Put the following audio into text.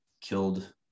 killed